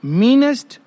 meanest